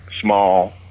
small